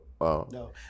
No